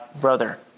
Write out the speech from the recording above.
brother